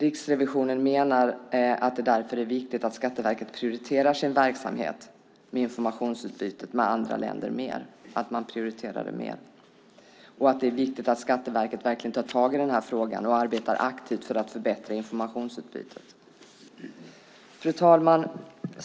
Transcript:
Riksrevisionen menar att det därför är viktigt att Skatteverket prioriterar sin verksamhet med informationsutbyte med andra länder mer och att det är viktigt att Skatteverket verkligen tar tag i den här frågan och arbetar aktivt för att förbättra informationsutbytet. Fru talman!